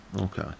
Okay